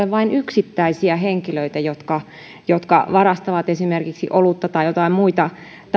vain yksittäisiä henkilöitä jotka jotka varastavat esimerkiksi olutta tai joitain muita